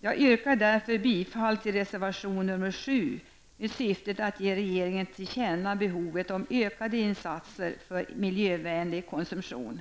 Jag yrkar därför bifall till reservation 7 med syftet att ge regeringen till känna behovet av ökade insatser för miljövänlig konsumtion.